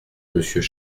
monsieur